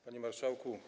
Panie Marszałku!